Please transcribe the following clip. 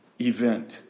event